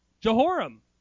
Jehoram